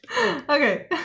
Okay